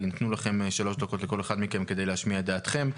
יינתנו שלוש דקות לכל אחד מכם כדי להשמיע את דעתכם.